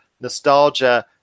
nostalgia